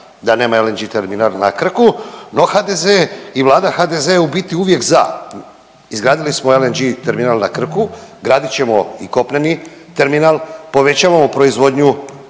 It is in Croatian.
da nema LNG terminal na Krku, no HDZ i Vlada HDZ-a je u biti uvijek za. Izgradili smo LNG terminal na Krku, gradit ćemo i kopneni terminal, povećavamo proizvodnju